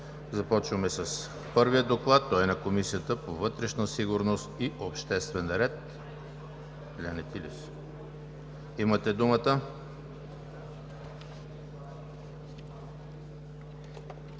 Започваме с Доклада на Комисията по вътрешна сигурност и обществен ред. Имате думата,